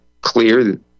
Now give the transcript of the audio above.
clear